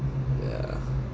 yeah